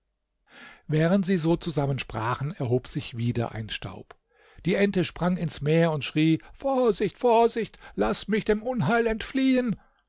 während sie so zusammen sprachen erhob sich wieder ein staub die ente sprang ins meer und schrie vorsicht vorsicht laß mich dem unheil entfliehen